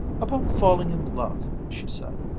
about falling in love, she said.